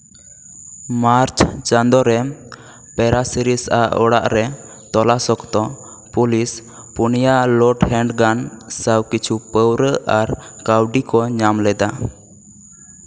ᱢᱟᱨᱪ ᱪᱟᱸᱫᱳᱨᱮ ᱯᱮᱨᱟᱥᱤᱨᱤᱥᱼᱟᱜ ᱚᱲᱟᱜ ᱨᱮ ᱛᱚᱞᱟᱥ ᱚᱠᱛᱚ ᱯᱩᱞᱤᱥ ᱯᱳᱱᱭᱟ ᱞᱳᱰ ᱦᱮᱱᱰᱜᱟᱱ ᱥᱟᱶ ᱠᱤᱪᱷᱩ ᱯᱟᱹᱣᱨᱟᱹ ᱟᱨ ᱠᱟᱹᱣᱰᱤ ᱠᱚ ᱧᱟᱢ ᱞᱮᱫᱟ